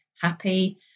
happy